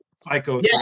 psycho